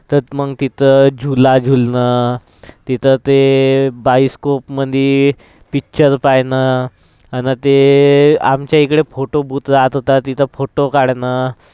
तर मग तिथं झुला झुलणं तिथं ते बाइस्कोपमंदी पिक्चर पाहणं आणि ते आमच्या इकडं फोटो बूथ राहत होता तिथं फोटो काढणं